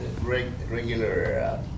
Regular